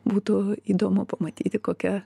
būtų įdomu pamatyti kokia